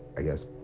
i guess,